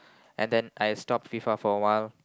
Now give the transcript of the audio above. and then I stop FIFA for awhile